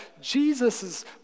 Jesus